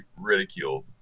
ridiculed